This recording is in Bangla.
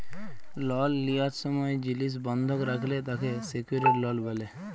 লল লিয়ার সময় জিলিস বন্ধক রাখলে তাকে সেক্যুরেড লল ব্যলে